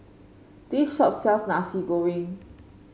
this shop sells Nasi Goreng